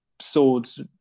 Swords